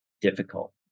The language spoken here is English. difficult